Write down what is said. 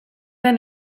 den